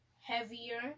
heavier